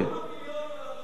כמה מיליונים אנחנו יכולים לקבל?